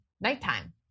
nighttime